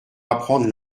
apprendre